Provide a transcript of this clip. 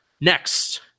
Next